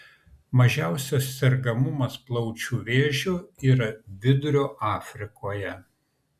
mažiausias sergamumas plaučių vėžiu yra vidurio afrikoje